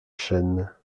chaînes